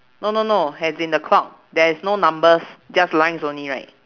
no no no as in the clock there's no numbers just lines only right